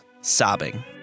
sobbing